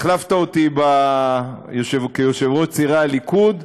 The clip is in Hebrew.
החלפת אותי כיושב-ראש צעירי הליכוד,